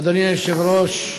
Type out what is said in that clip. אדוני היושב-ראש,